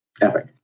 epic